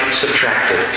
subtracted